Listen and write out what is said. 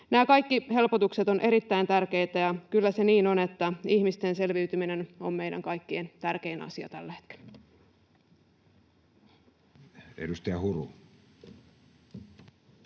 Nämä kaikki helpotukset ovat erittäin tärkeitä, ja kyllä se niin on, että ihmisten selviytyminen on meidän kaikkien tärkein asia tällä hetkellä.